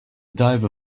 diver